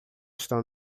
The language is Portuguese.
estão